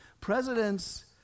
Presidents